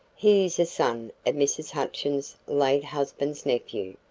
he is a son of mrs. hutchins' late husband's nephew.